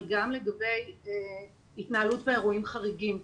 אבל גם לגבי התנהלות באירועים חריגים.